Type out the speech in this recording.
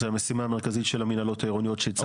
זה המשימה המרכזית של המינהלות העירוניות שהצגתי.